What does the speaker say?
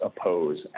oppose